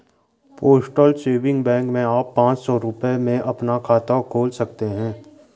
postal saving bank में आप पांच सौ रूपये में अपना खाता खोल सकते हैं